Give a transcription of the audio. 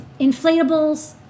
inflatables